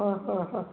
অঁ হয় হয়